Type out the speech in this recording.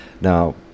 Now